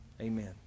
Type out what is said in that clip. Amen